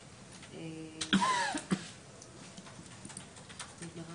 אבל הבנתי שיש עוד קריטריונים חוץ ממספר תושבים.